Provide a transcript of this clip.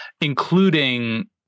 including